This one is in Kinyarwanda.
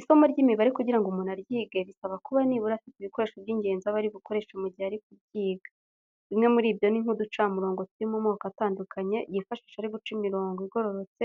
Isomo ry'imibare kugira ngo umuntu aryige bisaba kuba nibura afite ibikoresho by'ingenzi aba ari bukoreshe mu gihe ari kuryiga. Bimwe muri byo ni nk'uducamurongo turi mu moko atandukanye yifashisha ari guca imirongo igororotse,